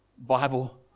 Bible